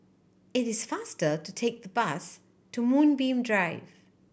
it is faster to take the bus to Moonbeam Drive